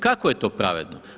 Kako je to pravedno?